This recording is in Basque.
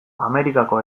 amerikako